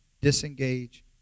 disengage